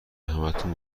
همتون